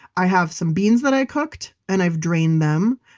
i have some beans that i cooked and i've drained them.